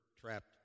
trapped